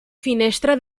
finestra